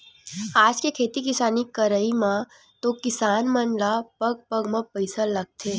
आज के खेती किसानी करई म तो किसान मन ल पग पग म पइसा लगथे